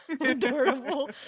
adorable